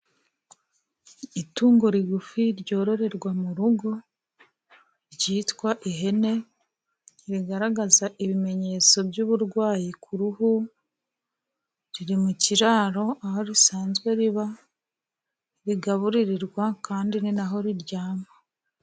Itungo rigufi ryororerwa mu rugo ryitwa ihene, rigaragaza ibimenyetso by'uburwayi ku ruhu, riri mu kiraro aho risanzwe riba ,rigaburirirwa kandi ni na ho riryama.